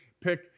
pick